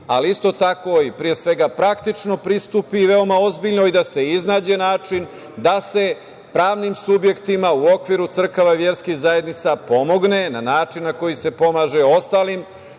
i isto tako i pre svega, praktično pristupi veoma ozbiljno i da se iznađe način da se pravnim subjektima u okviru crkvi i verskih zajednica pomogne na način na koji se pomaže ostalim